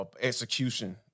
execution